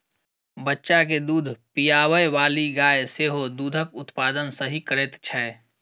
बच्चा के दूध पिआबैबाली गाय सेहो दूधक उत्पादन सही करैत छै